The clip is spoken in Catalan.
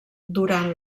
durant